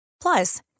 Plus